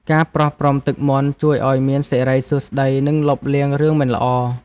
ការប្រោះព្រំទឹកមន្ត ជួយឱ្យមានសិរីសួស្តី និងលុបលាងរឿងមិនល្អ។